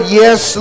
yes